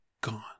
Gone